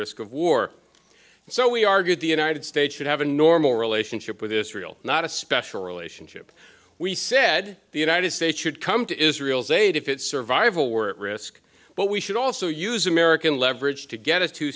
risk of war so we argued the united states should have a normal relationship with israel not a special relationship we said the united states should come to israel's aid if its survival were at risk but we should also use american leverage to get